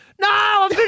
no